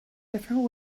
different